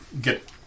get